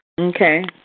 Okay